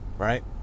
Right